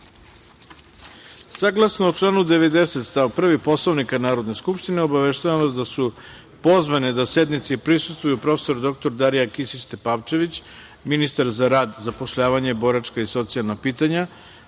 redu. Saglasno članu 90. stav 1. Poslovnika Narodne skupštine, obaveštavam vas da su pozvane da sednici prisustvuju prof. dr Darija Kisić Tepavčević, ministar za rad, zapošljavanje, boračka i socijalna pitanja,